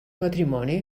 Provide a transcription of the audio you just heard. matrimoni